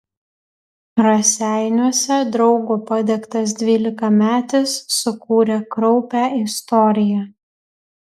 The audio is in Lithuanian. raseiniuose draugo padegtas dvylikametis sukūrė kraupią istoriją